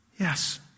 yes